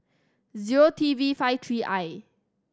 zero T V five three I